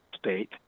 state